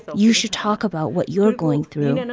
you should talk about what you're going through.